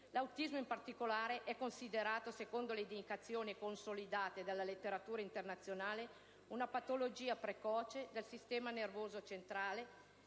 L'autismo, in particolare, è ormai considerato, secondo le indicazioni consolidate della letteratura internazionale, come una patologia precoce del sistema nervoso centrale